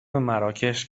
مراکش